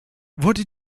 wurde